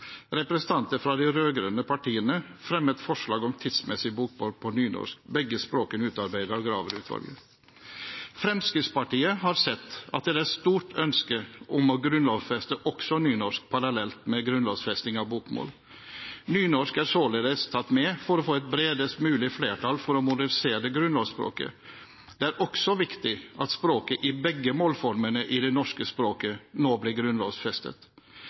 Representanter for de rød-grønne partiene fremmet forslag om en versjon av Grunnloven på tidsmessig bokmål og nynorsk, begge språkene utarbeidet av Graver-utvalget. Fremskrittspartiet har sett at det er et stort ønske om å grunnlovfeste også en nynorsk versjon parallelt med grunnlovfesting av en bokmålsversjon. Nynorsk er således tatt med for å få et bredest mulig flertall for å modernisere grunnlovsspråket. Det er også viktig at begge målformene i det norske språket nå blir